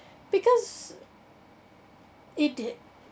because it did